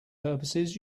purposes